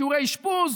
שיעורי האשפוז,